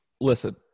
Listen